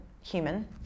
human